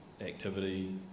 activity